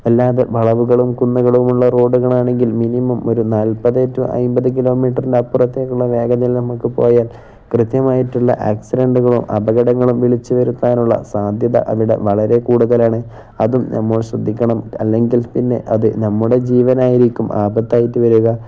അല്ലാതെ വളവുകളും കുന്നുകളുമുള്ള റോഡുകളാണെങ്കിൽ മിനിമം ഒരു നാൽപത് ടു അന്പത് കിലോ മീറ്ററിൻ്റെ അപ്പുറത്തേക്കുള്ള വേഗതയിൽ നമുക്കു പോയാൽ കൃത്യമായിട്ടുള്ള ആക്സിഡന്റുകളും അപകടങ്ങളും വിളിച്ചു വരുത്താനുള്ള സാധ്യത അവിടെ വളരെ കൂടുതലാണ് അതും നമ്മൾ ശ്രദ്ധിക്കണം അല്ലെങ്കിൽ പിന്നെ അതു നമ്മുടെ ജീവനായിരിക്കും ആപത്തായിട്ടു വരിക